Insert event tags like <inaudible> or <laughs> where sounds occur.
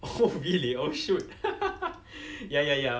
oh really oh shoot <laughs> ya ya ya